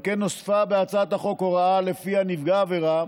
על כן נוספה בהצעת החוק הוראה שלפיה נפגע העבירה